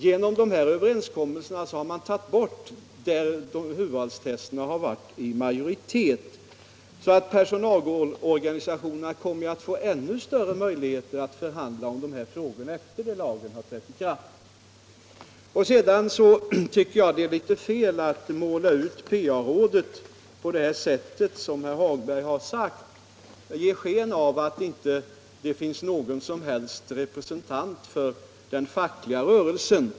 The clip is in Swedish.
Genom de här överenskommelserna har man slopat bedömningarna där urvalstesterna varit majoritet. Personalorganisationerna kommer alltså att få ännu större möjligheter att förhandla om dessa frågor efter det att lagen har trätt i kraft. Sedan tycker jag att det är litet fel att måla ut PA-rådet på det sätt som herr Hagberg gjort. Han ger sken av att det inte finns någon som helst representant för den fackliga rörelsen.